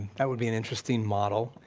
that would be an interesting model,